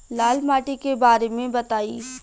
लाल माटी के बारे में बताई